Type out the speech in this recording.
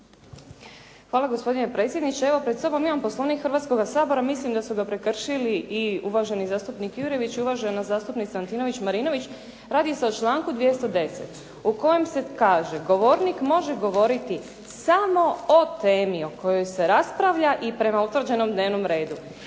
Hvala gospodine predsjedniče. Evo pred sobom imam Poslovnik Hrvatskoga sabora. Mislim da su ga prekršili i uvaženi zastupnik Jurjević i uvažena zastupnica Antičević-Marinović. Radi se o članku 210. u kojem se kaže: «Govornik može govoriti samo o temi o kojoj se raspravlja i prema utvrđenom dnevnom redu.»